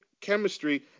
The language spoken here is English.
chemistry